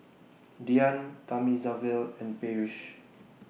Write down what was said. Dhyan Thamizhavel and Peyush